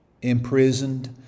Imprisoned